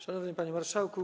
Szanowny Panie Marszałku!